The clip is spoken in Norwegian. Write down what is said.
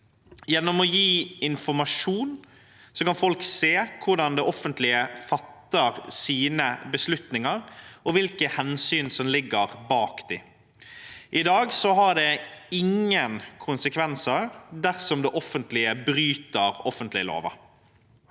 Gjennom å gi informasjon kan folk få se hvordan det offentlige fatter sine beslutninger, og hvilke hensyn som ligger bak dem. I dag får det ingen konsekvenser dersom det offentlige bryter offentlighetsloven.